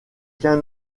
qu’un